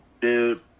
dude